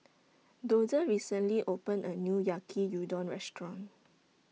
Dozier recently opened A New Yaki Udon Restaurant